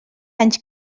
anys